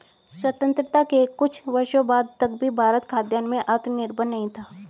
स्वतंत्रता के कुछ वर्षों बाद तक भी भारत खाद्यान्न में आत्मनिर्भर नहीं था